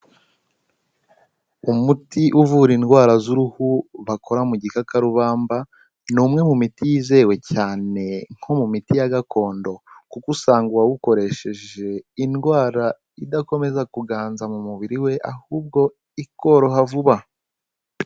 Umuti uvura indwara z'uruhu bakora mu gikakarubamba, ni umwe mu miti yizewe cyane nko mu miti ya gakondo, kuko usanga uwawukoresheje indwara idakomeza kuganza mu mubiri we, ahubwo ikoroha vuba.